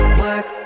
work